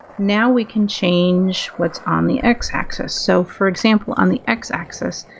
now we can change what's on the x-axis. so, for example, on the x-axis,